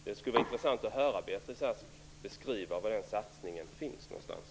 Det skulle vara intressant att höra Beatrice Ask beskriva var den satsningen finns någonstans.